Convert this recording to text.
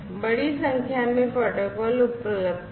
बड़ी संख्या में प्रोटोकॉल उपलब्ध हैं